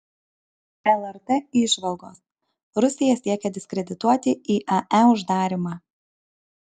lrt įžvalgos rusija siekia diskredituoti iae uždarymą